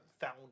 found